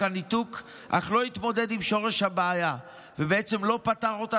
הניתוק אך לא התמודד עם שורש הבעיה ובעצם לא פתר אותה